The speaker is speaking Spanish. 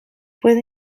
puede